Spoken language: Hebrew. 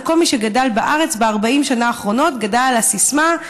אבל כל מי שגדל בארץ ב-40 השנה האחרונות גדל על הסיסמה: